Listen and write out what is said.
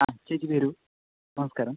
ആ ചേച്ചി വരു നമസ്കാരം